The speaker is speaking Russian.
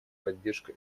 поддержка